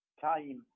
time